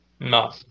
No